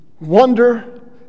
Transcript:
wonder